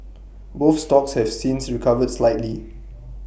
both stocks have since recovered slightly